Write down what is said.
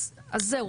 אז זהו,